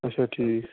اَچھا ٹھیٖک